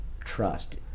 trust